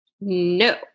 No